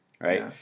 Right